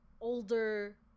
older